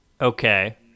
Okay